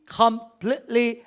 completely